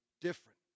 different